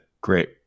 great